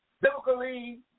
Biblically